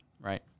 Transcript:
right